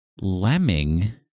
Lemming